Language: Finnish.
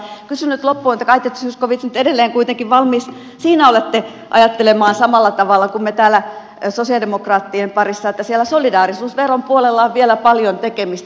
kysyn nyt loppuun että kai te zyskowicz nyt edelleen kuitenkin siinä olette valmis ajattelemaan samalla tavalla kuin me täällä sosialidemokraattien parissa että siellä solidaarisuusveron puolella on vielä paljon tekemistä